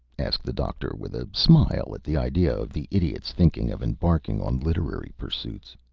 asked the doctor, with a smile at the idea of the idiot's thinking of embarking on literary pursuits.